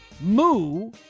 moo